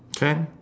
can